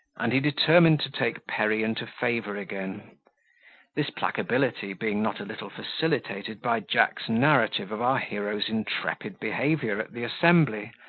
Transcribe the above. and he determined to take perry into favour again this placability being not a little facilitated by jack's narrative of our hero's intrepid behaviour at the assembly,